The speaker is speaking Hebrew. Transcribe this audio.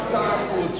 אדוני סגן שר החוץ,